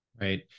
Right